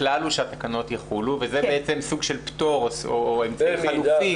הכלל הוא שהתקנות יחולו וזה בעצם סוג של פטור או אמצעי חלופי.